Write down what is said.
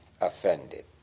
offended